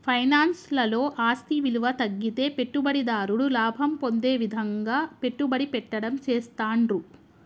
finance లలో ఆస్తి విలువ తగ్గితే పెట్టుబడిదారుడు లాభం పొందే విధంగా పెట్టుబడి పెట్టడం చేస్తాండ్రు